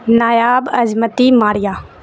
نایاب عظمت ماریہ